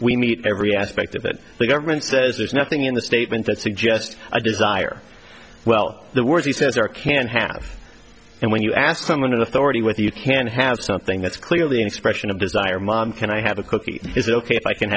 we meet every aspect of it the government says there's nothing in the statement that suggests i desire well the words he says are can have and when you ask someone in authority with you can have something that's clearly an expression of desire mom can i have a cookie is it ok if i can